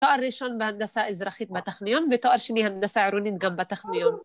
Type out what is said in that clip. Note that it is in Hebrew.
תואר ראשון בהנדסה אזרחית בטכניון, ותואר שני הנדסה עירונית גם בטכניון.